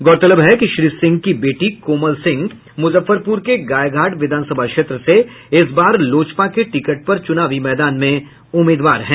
गौरतलब है कि श्री सिंह की बेटी कोमल सिंह मुजफ्फरपुर के गायघाट विधानसभा क्षेत्र से इस बार लोजपा के टिकट पर चुनावी मैदान में उम्मीदवार हैं